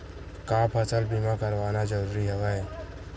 का फसल बीमा करवाना ज़रूरी हवय?